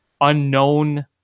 unknown